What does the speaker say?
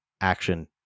action